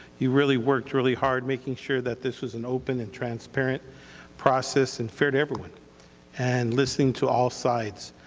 you really worked really hard making sure that this was an open and transparent process and fair to everyone and listening to all sides,